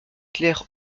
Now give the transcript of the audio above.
claire